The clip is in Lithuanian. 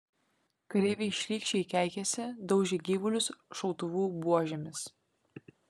kareiviai šlykščiai keikėsi daužė gyvulius šautuvų buožėmis